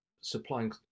supplying